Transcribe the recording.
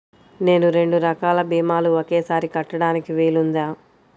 నేను రెండు రకాల భీమాలు ఒకేసారి కట్టడానికి వీలుందా?